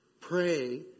Pray